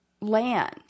land